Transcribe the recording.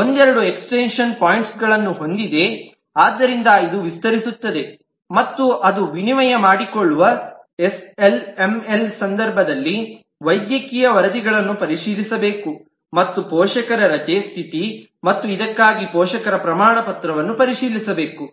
ಒಂದೆರಡು extension point ಗಳನ್ನು ಹೊಂದಿದೆಆದ್ದರಿಂದ ಇದು ವಿಸ್ತರಿಸುತ್ತದೆ ಮತ್ತು ಅದು ವಿನಿಮಯ ಮಾಡಿಕೊಳ್ಳುವ ಎಸ್ಎಲ್ಎಂಎಲ್ನ ಸಂದರ್ಭದಲ್ಲಿ ವೈದ್ಯಕೀಯ ವರದಿಗಳನ್ನು ಪರಿಶೀಲಿಸಬೇಕು ಮತ್ತು ಪೋಷಕರ ರಜೆ ಸ್ಥಿತಿ ಮತ್ತು ಇದಕ್ಕಾಗಿ ಪೋಷಕರ ಪ್ರಮಾಣಪತ್ರವನ್ನು ಪರಿಶೀಲಿಸಬೇಕು